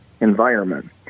environment